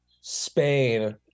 Spain